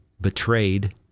betrayed